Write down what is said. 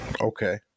Okay